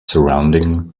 surrounding